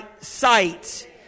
sight